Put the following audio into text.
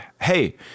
Hey